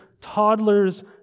toddlers